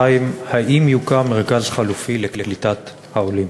2. האם יוקם מרכז חלופי לקליטת העולים?